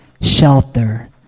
shelter